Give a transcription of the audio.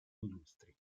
illustri